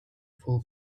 full